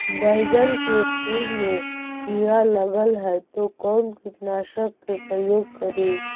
बैगन के फुल मे कीड़ा लगल है तो कौन कीटनाशक के प्रयोग करि?